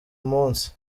munsi